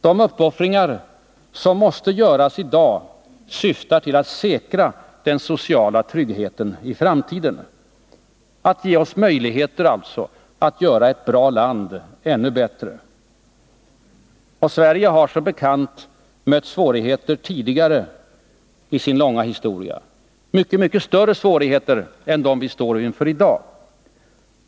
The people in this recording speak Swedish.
De uppoffringar som måste göras i dag syftar till att säkra den sociala tryggheten i framtiden, alltså till att ge oss möjlighet att göra ett bra land ännu bättre. Sverige har som bekant mött svårigheter tidigare i sin långa historia, mycket större svårigheter än dem vi står inför i dag.